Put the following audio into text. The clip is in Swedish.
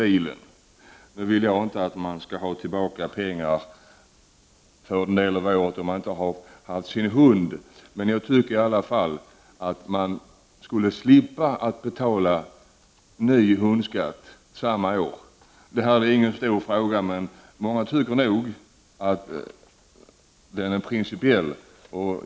Jag vill nu inte att man skall få tillbaka pengar för den del av året som man inte haft sin hund, men jag tycker ändå att man borde slippa betala ny hundskatt under samma år. Det här är alltså ingen stor fråga, men många tycker nog att den är av principiellt intresse.